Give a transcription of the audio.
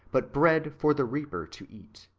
but bread for the reaper to eat.